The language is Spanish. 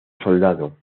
soldado